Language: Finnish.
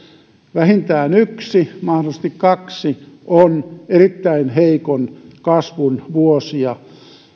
vähintään yksi mahdollisesti kaksi ovat erittäin heikon kasvun vuosia